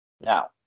now